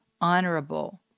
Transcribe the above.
honorable